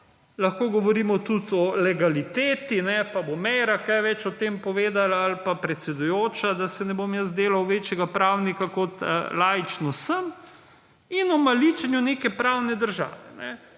lahko govorimo tudi o legaliteti pa bo Meira kaj več o tem povedala ali pa predsedujoča, da se ne bom jaz delal večjega pravnika kot laično sem in o maličenju neke pravne države